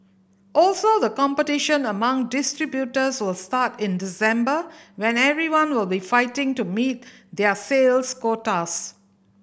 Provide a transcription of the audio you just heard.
also the competition among distributors will start in December when everyone will be fighting to meet their sales quotas